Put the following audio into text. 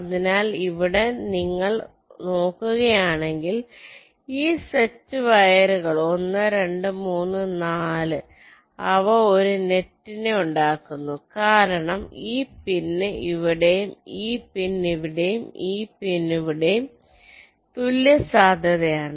അതിനാൽ ഇവിടെ നിങ്ങൾ ഇത് നോക്കുകയാണെങ്കിൽ ഈ സെറ്റ് വയറുകൾ 1 2 3 4 ആണ് അവർ ഒരു നെറ്റ് ഉണ്ടാക്കുന്നു കാരണം ഈ പിൻ ഇവിടെയും ഈ പിൻ ഇവിടെയും ഈ പിൻ ഇവിടെയും ഈ പിൻ ഇവിടെയും തുല്യ സാധ്യതയാണ്